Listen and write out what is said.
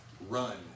Run